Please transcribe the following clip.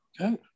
Okay